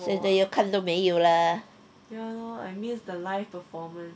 现在要看都没有 lah